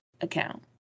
account